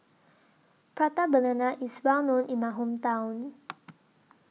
Prata Banana IS Well known in My Hometown